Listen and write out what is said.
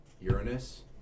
Uranus